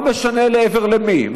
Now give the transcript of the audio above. לא משנה לעבר מי,